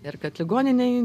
ir kad ligoninėj